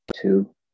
two